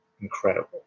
incredible